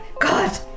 god